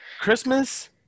Christmas